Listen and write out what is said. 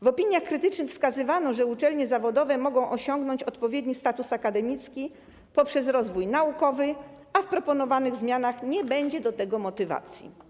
W opiniach krytycznych wskazywano, że uczelnie zawodowe mogą osiągnąć odpowiedni status akademicki poprzez rozwój naukowy, a w proponowanych zmianach nie będzie do tego motywacji.